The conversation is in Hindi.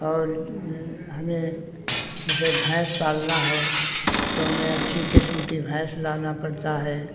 और मे हमें जैसे भैंस पालना है तो हमें अच्छी किस्म की भैंस लाना पड़ता है